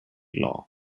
law